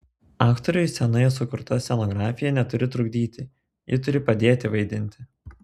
aktoriui scenoje sukurta scenografija neturi trukdyti ji turi padėti vaidinti